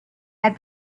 had